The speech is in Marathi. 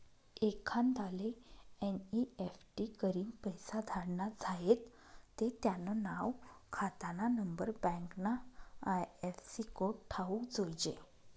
एखांदाले एन.ई.एफ.टी करीन पैसा धाडना झायेत ते त्यानं नाव, खातानानंबर, बँकना आय.एफ.सी कोड ठावूक जोयजे